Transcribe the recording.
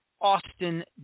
Austin